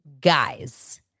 guys